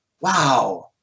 wow